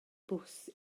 bws